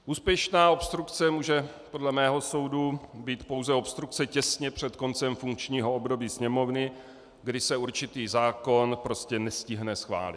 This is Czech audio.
Úspěšná obstrukce může podle mého soudu být pouze obstrukce těsně před koncem funkčního období Sněmovny, kdy se určitý zákon prostě nestihne schválit.